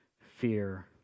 fear